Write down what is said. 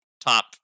top